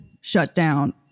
shutdown